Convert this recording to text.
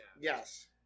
yes